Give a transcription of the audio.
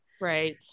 Right